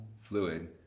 fluid